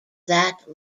that